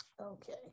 Okay